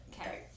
Okay